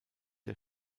der